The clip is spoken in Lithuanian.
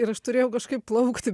ir aš turėjau kažkaip plaukti